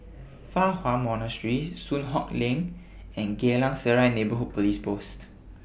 Fa Hua Monastery Soon Hock Lane and Geylang Serai Neighbourhood Police Post